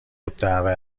الدعوه